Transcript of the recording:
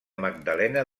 magdalena